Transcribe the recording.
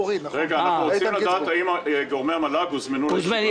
האם גורמי המל"ג הוזמנו לישיבה?